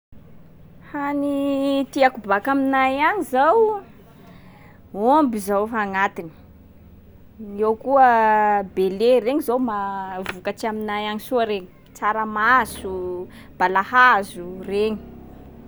Hany tiako baka aminay agny zao: ômby zao fa agnatiny, eo koa bélier, regny zao ma- vokatsy aminay agny soa regny, tsaramaso, balahazo, regny.